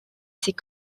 ses